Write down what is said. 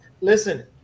Listen